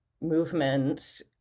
movement